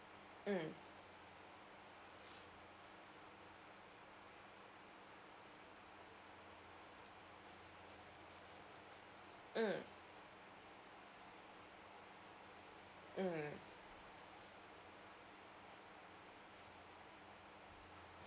mm mm mm